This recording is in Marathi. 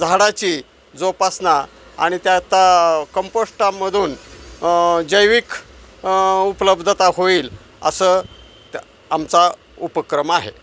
झाडाची जोपासना आणि त्याता कंपोस्टामधून जैविक उपलब्धता होईल असं त्या आमचा उपक्रम आहे